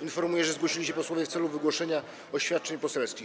Informuję, że zgłosili się posłowie w celu wygłoszenia oświadczeń poselskich.